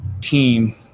team